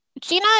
Gina